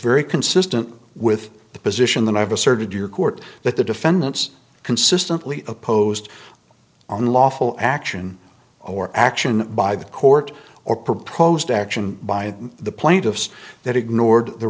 very consistent with the position that i have asserted your court that the defendants consistently opposed on lawful action or action by the court or proposed action by the plaintiffs that ignored the